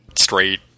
straight